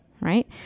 right